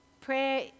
Prayer